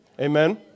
Amen